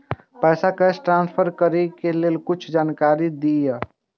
पैसा cash transfer करऐ कि कुछ जानकारी द दिअ